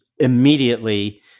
immediately